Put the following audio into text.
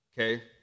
okay